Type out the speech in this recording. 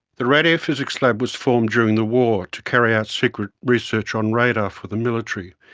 the radiophysics lab was formed during the war to carry out secret research on radar for the military,